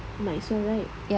might as well right